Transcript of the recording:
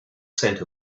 scent